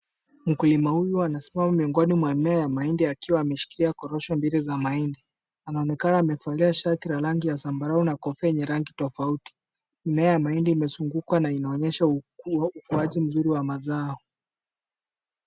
Mkulima huyu amesimama miongoni mwa mimea ya mahindi akiwa ameshikilia korosho mbili za mahindi. Anaoneakana amefungia shati la rangi ya zambarau na kofia yenye rangi tofauti. Mimea ya mahindi imezungukwa na inaonyesha ukuaji mzuri wa mazao.